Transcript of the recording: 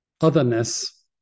otherness